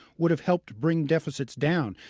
would have helped bring deficits down.